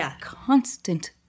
constant